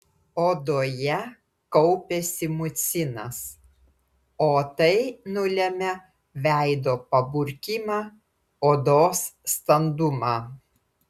odoje kaupiasi mucinas o tai nulemia veido paburkimą odos standumą